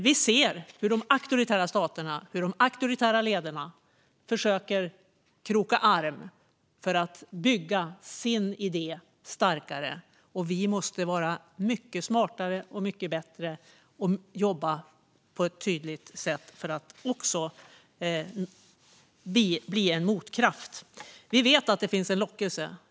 Vi ser hur de auktoritära staterna och de auktoritära ledarna försöker att kroka arm för att bygga sin idé starkare. Vi måste vara mycket smartare och mycket bättre och jobba på ett tydligt sätt för att bli en motkraft. Vi vet att det finns en lockelse.